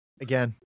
again